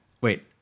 Wait